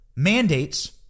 mandates